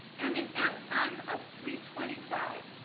and an end time of three twenty five